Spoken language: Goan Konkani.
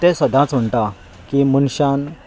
ते सदांच म्हणटात की मनशान